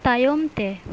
ᱛᱟᱭᱚᱢᱛᱮ